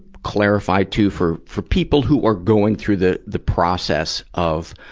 clarify, too, for for people who are going through the the process of,